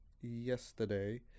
yesterday